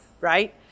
right